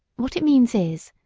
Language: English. what it means is,